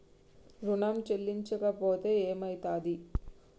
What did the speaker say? ఋణం చెల్లించకపోతే ఏమయితది?